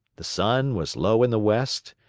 the sun was low in the west,